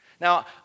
Now